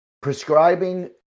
Prescribing